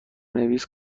نویس